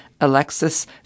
Alexis